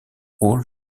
hall